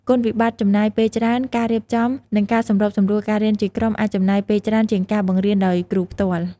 គុណវិបត្តិចំណាយពេលច្រើន ការរៀបចំ និងការសម្របសម្រួលការរៀនជាក្រុមអាចចំណាយពេលច្រើនជាងការបង្រៀនដោយគ្រូផ្ទាល់។